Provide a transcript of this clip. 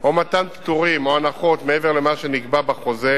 או מתן פטורים או הנחות מעבר למה שנקבע בחוזה